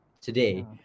today